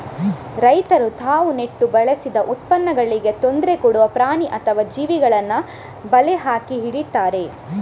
ರೈತರು ತಾವು ನೆಟ್ಟು ಬೆಳೆಸಿದ ಉತ್ಪನ್ನಗಳಿಗೆ ತೊಂದ್ರೆ ಕೊಡುವ ಪ್ರಾಣಿ ಅಥವಾ ಜೀವಿಗಳನ್ನ ಬಲೆ ಹಾಕಿ ಹಿಡೀತಾರೆ